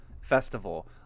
festival